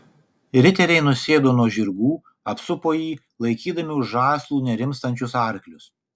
riteriai nusėdo nuo žirgų apsupo jį laikydami už žąslų nerimstančius arklius